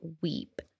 weep